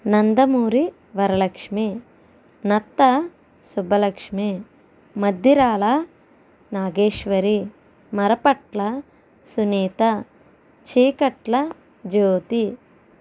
Nandamuri Varalakshmi Natta Subbalakshmi Maddirala Nageswari Marapatla Sunitha Cheekatla Jyothi